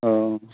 औ